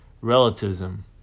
relativism